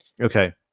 Okay